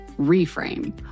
Reframe